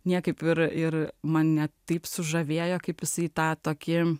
niekaip ir ir man ne taip sužavėjo kaip jisai tą tokį